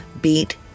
Beat